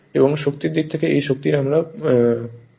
এবং শক্তির দিক থেকে এই শক্তি আমরা পাবো